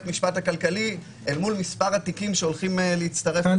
המשפט הכלכלי אל מול מספר התיקים שהולכים להצטרף אליו.